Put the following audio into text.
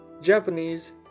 Japanese